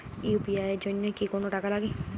UPI এর জন্য কি কোনো টাকা লাগে?